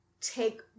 take